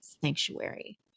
sanctuary